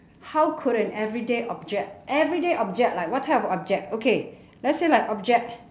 how could an everyday object everyday object like what type of object okay let's say like object